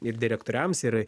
ir direktoriams ir